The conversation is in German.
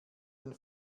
den